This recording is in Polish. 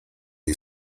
jej